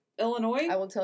Illinois